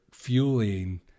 Fueling